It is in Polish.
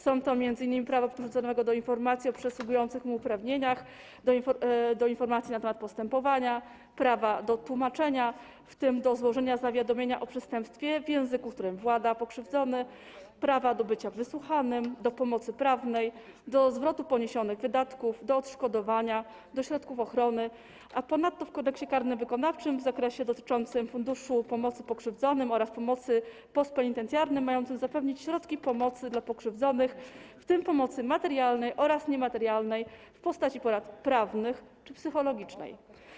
Są to m.in. przepisy dotyczące prawa pokrzywdzonego do informacji o przysługujących mu uprawnieniach i do informacji na temat postępowania, prawa do tłumaczenia, w tym do złożenia zawiadomienia o przestępstwie w języku, którym włada pokrzywdzony, prawa do bycia wysłuchanym, do pomocy prawnej, do zwrotu poniesionych wydatków, do odszkodowania, do środków ochrony, a ponadto w Kodeksie karnym wykonawczym w zakresie dotyczącym Funduszu Pomocy Pokrzywdzonym oraz Pomocy Postpenitencjarnej, mającym zapewnić środki pomocy dla pokrzywdzonych, w tym pomocy materialnej oraz niematerialnej w postaci porad prawnych czy psychologicznej.